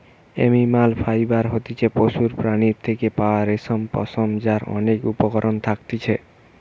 animal fibre হতিছে পশুর প্রাণীর থেকে পাওয়া রেশম, পশম যার অনেক উপকরণ থাকতিছে